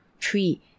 three